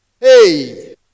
Hey